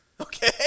okay